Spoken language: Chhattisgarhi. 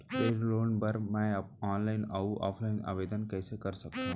कृषि लोन बर मैं ऑनलाइन अऊ ऑफलाइन आवेदन कइसे कर सकथव?